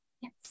Yes